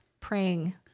Praying